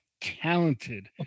talented